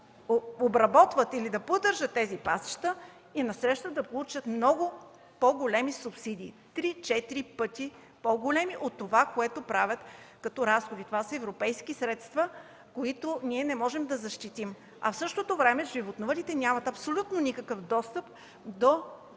да обработват или да поддържат тези пасища и насреща да получат много по-големи субсидии – три-четири пъти по-големи от това, което правят като разходи. Това са европейски средства, които ние не можем да защитим. В същото време животновъдите нямат абсолютно никакъв достъп до